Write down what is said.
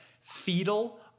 fetal